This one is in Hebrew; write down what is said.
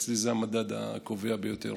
אצלי זה המדד הקובע ביותר.